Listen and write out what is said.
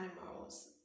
animals